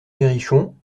perrichon